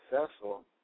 successful